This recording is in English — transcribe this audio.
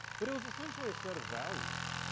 but it was essentially a set of values,